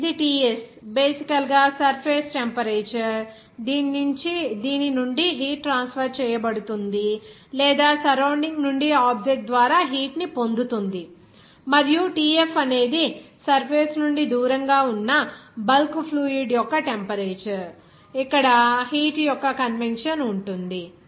ఇది Ts బేసికల్ గా సర్ఫేస్ టెంపరేచర్ దీని నుండి హీట్ ట్రాన్స్ఫర్ చేయబడుతుంది లేదా సరౌండింగ్ నుండి ఆబ్జెక్ట్ ద్వారా హీట్ ని పొందుతుంది మరియు Tf అనేది సర్ఫేస్ నుండి దూరంగా ఉన్న బల్క్ ఫ్లూయిడ్ టెంపరేచర్ ఇక్కడ హీట్ యొక్క కన్వెక్షన్ ఉంటుంది